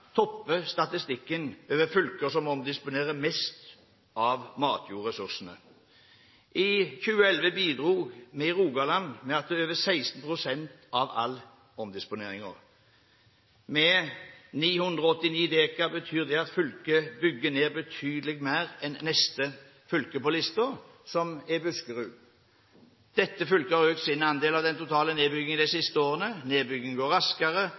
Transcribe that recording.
topper statistikken over fylker som omdisponerer mest av matjordressursene. I 2011 bidro vi i Rogaland med over 16 pst. av all omdisponering. Med 989 dekar betyr det at fylket bygger ned betydelig mer enn neste fylke på listen, som er Buskerud. Dette fylket har økt sin andel av den totale nedbyggingen de siste årene. Nedbyggingen går raskere